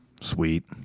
Sweet